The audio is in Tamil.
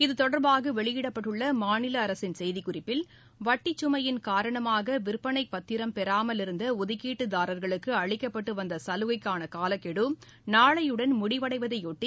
இது தொடர்பாக வெளியிடப்பட்டுள்ள மாநில அரசின் செய்திக்குறிப்பில் வட்டி சுமையின் காரணமாக விற்பனை பத்திரம் பெறாமல் இருந்த ஒதுக்கீட்டுதாரர்களுக்கு அளிக்கப்பட்டு வந்த சலுகைக்கான காலக்கெடு நாளையுடன் முடிவடைவதையொட்டி